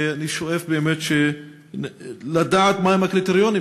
ואני שואף באמת לדעת מה הם הקריטריונים,